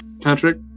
Patrick